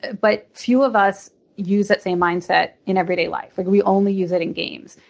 but few of us use that same mindset in everyday life. like we only use it in games.